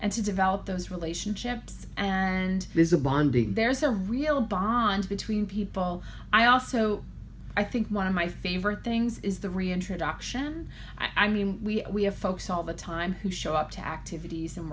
and to do help those relationships and this is a bonding there's a real bond between people i also i think one of my favorite things is the reintroduction i mean we have folks all the time who show up to activities and